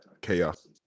chaos